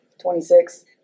Twenty-six